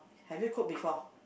have you cook before